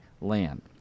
land